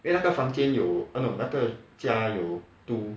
因为那个房间有那种那个家有 two